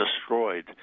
destroyed